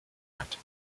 hat